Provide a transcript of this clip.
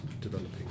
developing